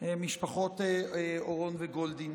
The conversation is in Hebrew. ולמשפחות אורון וגולדין.